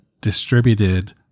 distributed